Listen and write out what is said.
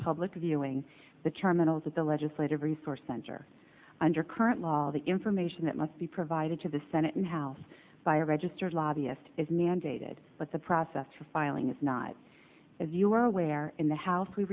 public viewing the terminals of the legislative resource center under current law all the information that must be provided to the senate and house by a registered lobbyist is mandated but the process for filing is not if you are aware in the house we